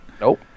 Nope